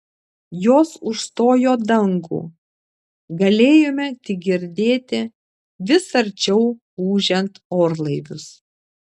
jos užstojo dangų galėjome tik girdėti vis arčiau ūžiant orlaivius